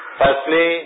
firstly